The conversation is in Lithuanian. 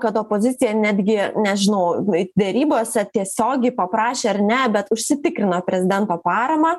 kad opozicija netgi nežinau derybose tiesiogiai paprašė ar ne bet užsitikrino prezidento paramą